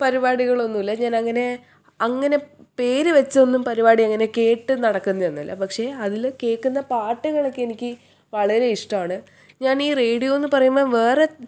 പരിപാടികളൊന്നും ഇല്ല ഞാനങ്ങനേ അങ്ങനെ പേര് വെച്ചൊന്നും പരിപാടി അങ്ങനെ കേട്ടു നടക്കുന്നതൊന്നും അല്ല പക്ഷെ അതിൽ കേൾക്കുന്ന പാട്ടുകളൊക്കെ എനിക്ക് വളരെ ഇഷ്ടമാണ് ഞാനീ റേഡിയോയെന്നു പറയുമ്പോൾ വേറെ